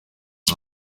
uyu